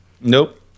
Nope